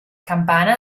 campana